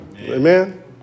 Amen